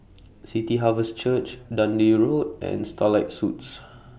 City Harvest Church Dundee Road and Starlight Suites